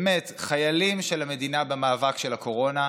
באמת, חיילים של המדינה במאבק של הקורונה,